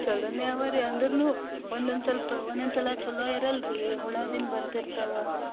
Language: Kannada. ಚಲೋನೆ ಅವ ರೀ ಅಂದರೂನು ಒಂದೊಂದು ಸ್ವಲ್ಪ ಒಂದೊಂದು ಸಲ ಚಲೋ ಇರಲ್ಲ ರೀ ಹುಳದಿಂದ ಬರ್ತಿರ್ತಾವೆ